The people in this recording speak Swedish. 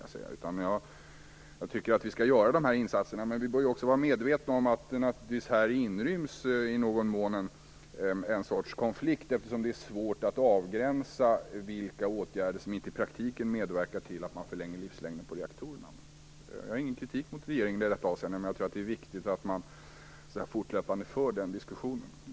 Jag tycker att vi skall göra de här insatserna, men vi bör ju också vara medvetna om att det här naturligtvis finns ett slags konflikt. Det är svårt att avgränsa just de åtgärder som inte i praktiken medverkar till att man ökar reaktorernas livslängd. Jag har ingen kritik mot regeringen i detta avseende, men jag tror att det är viktigt att man fortlöpande för den diskussionen.